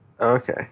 okay